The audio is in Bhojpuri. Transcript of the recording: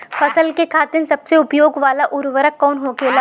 फसल के खातिन सबसे उपयोग वाला उर्वरक कवन होखेला?